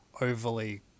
overly